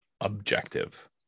objective